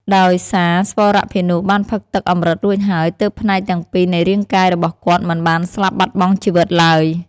ដោយសារស្វរភានុបានផឹកទឹកអម្រឹតរួចហើយ ទើបផ្នែកទាំងពីរនៃរាងកាយរបស់គាត់មិនបានស្លាប់បាត់បង់ជីវិតឡើយ។